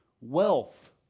wealth